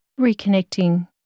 reconnecting